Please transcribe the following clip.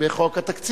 למשל בחוק התקציב.